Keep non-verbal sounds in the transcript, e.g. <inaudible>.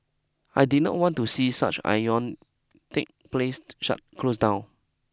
I did not want to see such <unintelligible> placed shut close down